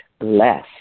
less